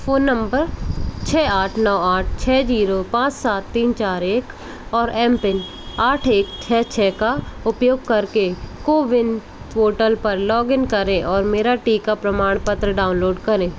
phone number छ आठ नौ आठ छ जीरो पाँच सात तीन चार एक और एम पिन आठ एक छ छ का उपयोग करके कोविन पोर्टल पर लॉग इन करें और मेरा टीका प्रमाणपत्र डाउनलोड करें